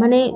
মানে